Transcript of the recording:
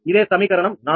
ఇదే సమీకరణం 4